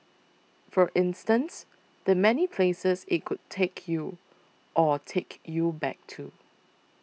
for instance the many places it could take you or take you back to